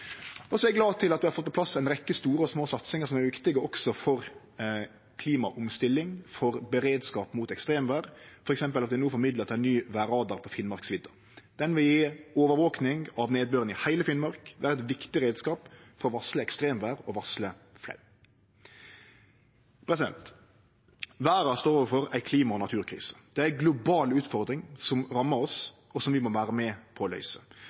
Så er eg glad for at vi har fått på plass ei rekkje store og små satsingar som er viktige også for klimaomstilling, for beredskap mot ekstremvêr, f.eks. at ein no får midlar til ein ny vêrradar på Finnmarksvidda. Den vil gje overvaking av nedbøren i heile Finnmark. Det er ein viktig reiskap for å varsle ekstremvêr og varsle flaum. Verda står overfor ei klima- og naturkrise. Det er ei global utfordring som rammar oss, og som vi må vere med på å løyse.